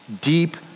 deep